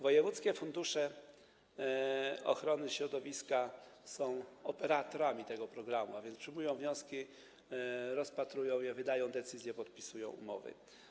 Wojewódzkie fundusze ochrony środowiska są operatorami tego programu, a więc przyjmują wnioski, rozpatrują je, wydają decyzje i podpisują umowy.